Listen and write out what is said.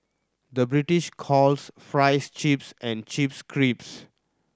the British calls fries chips and chips crisps